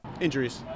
Injuries